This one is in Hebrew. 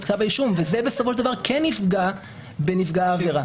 כתב האישום וזה בסופו של דבר כן יפגע בנפגעי העבירה.